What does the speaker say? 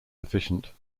sufficient